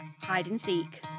hide-and-seek